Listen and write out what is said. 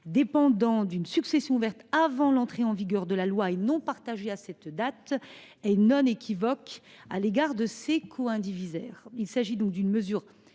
dépendant d’une succession ouverte avant l’entrée en vigueur de la loi, et non partagée à cette date, est non équivoque à l’égard de ses coïndivisaires.